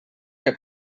que